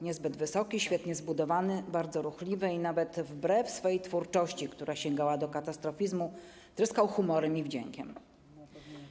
Niezbyt wysoki, świetnie zbudowany, bardzo ruchliwy i nawet wbrew tej swojej twórczości, która sięgała do katastrofizmu, tryskał humorem i wdziękiem˝